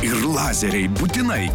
ir lazeriai būtinai